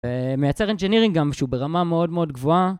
מייצר אינג'ינרינג גם שהוא ברמה מאוד מאוד גבוהה